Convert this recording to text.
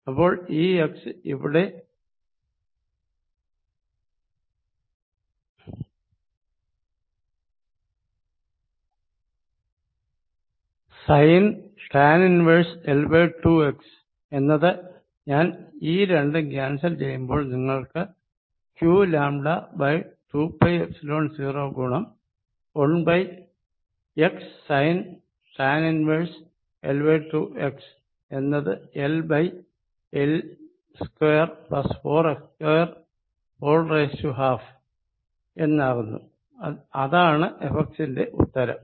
അപ്പോൾ ഈ x ഇവിടെ sn tan 1 L 2 x എന്നത് ഞാൻ ഈ രണ്ടും ക്യാൻസൽ ചെയ്യുമ്പോൾ നിങ്ങൾക്ക് qλ2πϵ0 ഗുണം1 x sin tan 1 L 2 x എന്നത് LL24x212 എന്നാകുന്നു അതാണ് Fx ന്റെ ഉത്തരം